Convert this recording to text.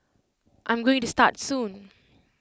I'm going to start soon